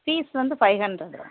fees வந்து five hundred